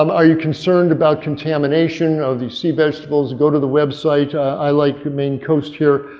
um are you concerned about contamination of the sea vegetables go to the website. i like maine coast here,